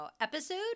episode